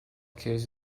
case